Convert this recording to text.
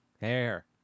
Hair